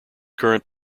current